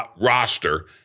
roster